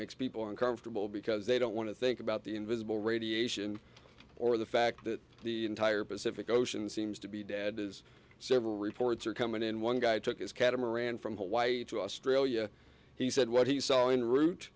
makes people uncomfortable because they don't want to think about the invisible radiation or the fact that the entire pacific ocean seems to be dead is several reports are coming in one guy took his catamaran from hawaii to australia he said what he saw in route